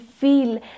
feel